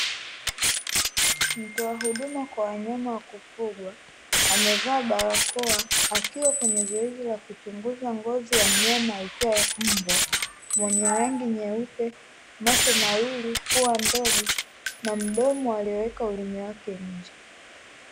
Mtoa huduma kwa wanyama akiwa amevaa barakoa, akiwa kwenye zoezi la kuchunguza ngozi ya mnyama aitwae mbwa, mwenye rangi nyeupe, macho mawili, pua ndogo na mdomo alioweka ulimi wake nje.